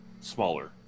smaller